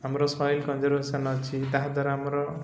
ଆମର soil conservation ଅଛି ତାହାଦ୍ୱାରା ଆମର